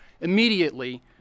immediately